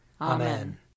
Amen